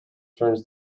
turns